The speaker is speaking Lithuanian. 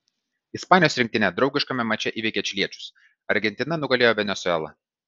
ispanijos rinktinė draugiškame mače įveikė čiliečius argentina nugalėjo venesuelą